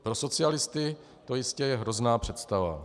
Pro socialisty je to jistě hrozná představa.